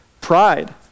pride